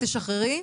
בבקשה.